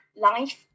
life